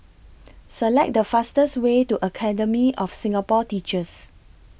Select The fastest Way to Academy of Singapore Teachers